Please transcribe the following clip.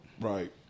Right